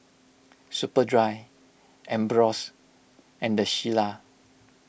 Superdry Ambros and the Shilla